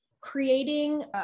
creating